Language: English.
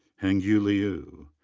hengyu liu.